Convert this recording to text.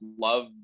love